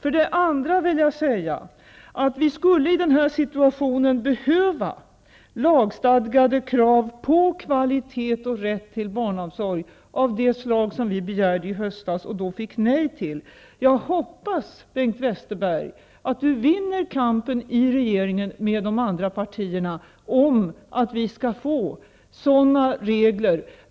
Sedan vill jag säga att vi skulle i den här situationen behöva lagstadgade krav på kvalitet och rätt till barnomsorg av det slag som vi begärde i höstas och då fick nej till. Jag hoppas att Bengt Westerberg vinner kampen i regeringen med de andra partierna om att vi skall få sådana regler.